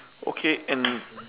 okay and